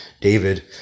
David